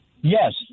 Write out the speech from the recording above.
Yes